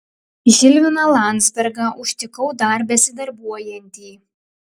žilviną landzbergą užtikau dar besidarbuojantį